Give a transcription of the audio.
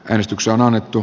eristykseen annettu